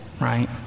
right